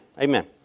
Amen